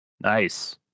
Nice